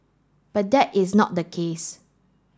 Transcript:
but that is not the case